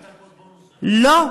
לא,